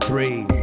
Three